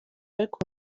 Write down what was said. ariko